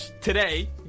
today